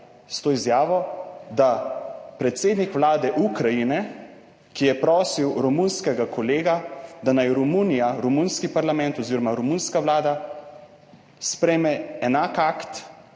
s to izjavo, da predsednik Vlade Ukrajine, ki je prosil romunskega kolega, da naj Romunija, romunski parlament oziroma romunska vlada sprejme enak akt,